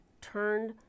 turned